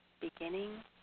Beginning